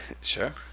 Sure